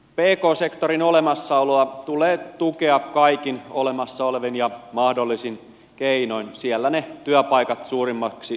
pk sektorin olemassaoloa tulee tukea kaikin olemassa olevin ja mahdollisin keinoin siellä ne työpaikat suurimmaksi osaksi ovat